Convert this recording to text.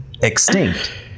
Extinct